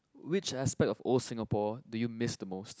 which aspect of old Singapore do you miss the most